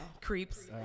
Creeps